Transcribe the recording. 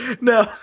No